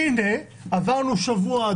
הנה עברנו שבוע,